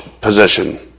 position